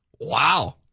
Wow